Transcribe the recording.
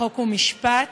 חוק ומשפט,